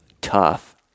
tough